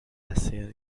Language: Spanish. hacer